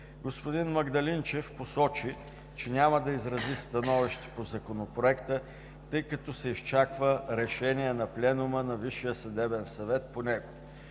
Господин Магдалинчев посочи, че няма да изрази становище по Законопроекта, тъй като се изчаква решение на Пленума на Висшия съдебен съвет по него.